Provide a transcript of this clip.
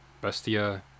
Bestia